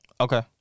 Okay